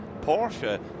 Porsche